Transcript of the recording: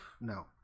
No